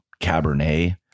cabernet